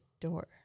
door